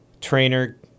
Trainer